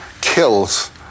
kills